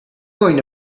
going